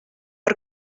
per